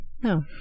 No